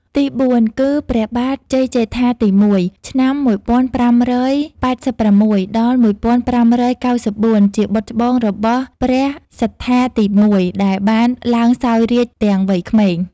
ទីបួនគឺ ព្រះបាទជ័យជេដ្ឋាទី១ (ឆ្នាំ ១៥៨៦-១៥៩៤) ជាបុត្រច្បងរបស់ព្រះសត្ថាទី១ ដែលបានឡើងសោយរាជ្យទាំងវ័យក្មេង។